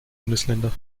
bundesländer